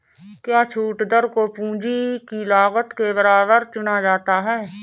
क्या छूट दर को पूंजी की लागत के बराबर चुना जाता है?